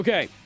Okay